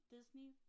Disney